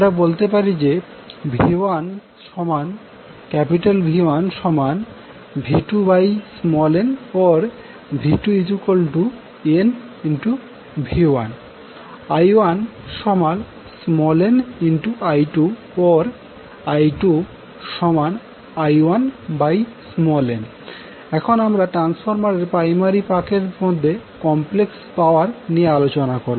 আমরা বলতে পারি যে V1V2norV2nV1 I1nI2orI2I1n এখন আমরা ট্রান্সফরমার এর প্রাইমারি পাকের মধ্যে কমপ্লেক্স পাওয়ার নিয়ে আলোচনা করব